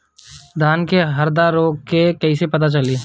धान में हरदा रोग के कैसे पता चली?